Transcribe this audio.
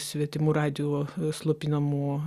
svetimų radijų slopinamų